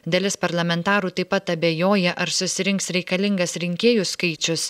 dalis parlamentarų taip pat abejoja ar susirinks reikalingas rinkėjų skaičius